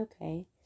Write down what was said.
okay